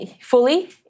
fully